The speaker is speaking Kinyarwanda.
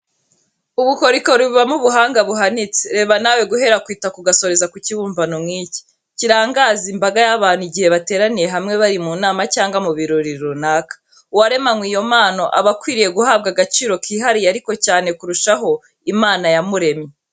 Ubukorikori bubamo ubuhanga buhanitse, reba nawe, guhera ku itaka ugasoreza ku kibumbano nk'iki, kirangaza imbaga y'abantu igihe bateraniye hamwe bari mu nama cyangwa mu birori runaka, uwaremanywe iyo mpano aba akwiriye guhabwa agaciro kihariye ariko cyane kurushaho, Imana yamuremye.